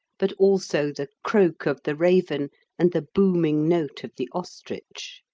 but also the croak of the raven and the booming note of the ostrich.